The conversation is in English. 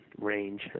range